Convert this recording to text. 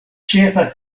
ĉefa